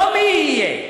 לא מי יהיה,